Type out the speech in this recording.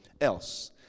else